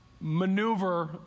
Maneuver